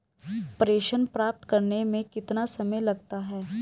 प्रेषण प्राप्त करने में कितना समय लगता है?